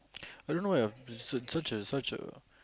I don't know eh such a such a